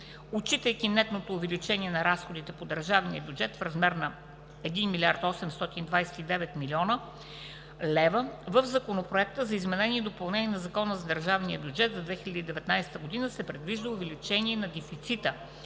Отчитайки нетното увеличение на разходите по държавния бюджет в размер на 1 млрд. 829 млн. лв. в Законопроекта за изменение и допълнение на Закона за държавния бюджет на Република България за 2019 г. се предвижда увеличение на дефицита